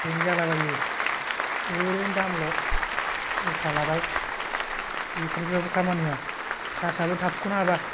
हेंग जालाबायो ओरैनो दामल' गोसा लाबाय बेटेरिफ्राबो खामानि होआ सार्सआनो थाबखौनो हाबा